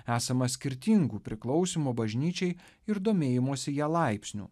esama skirtingų priklausymo bažnyčiai ir domėjimosi ja laipsnių